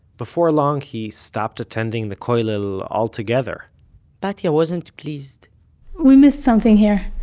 before long he stopped attending the koilel altogether batya wasn't pleased we missed something here.